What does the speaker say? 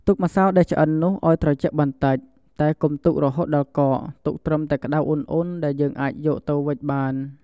ទុកម្សៅដែលឆ្អិននោះឱ្យត្រជាក់បន្តិច តែកុំទុករហូតដល់កក ទុកត្រឹមតែនៅក្ដៅអ៊ុនៗ ដែលយើងអាចយកទៅវេចបាន។